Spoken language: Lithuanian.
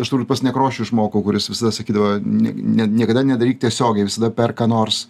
aš turbūt pas nekrošių išmokau kuris visada sakydavo ne ne niekada nedaryk tiesiogiai visada per ką nors